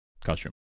costume